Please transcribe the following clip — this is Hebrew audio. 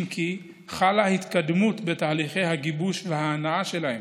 אם כי חלה התקדמות בתהליכי הגיבוש וההנעה שלהם.